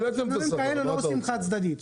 העליתם את השכר, מה אתה רוצה?